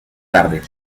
tarde